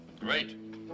Great